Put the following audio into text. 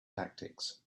tactics